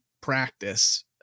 practice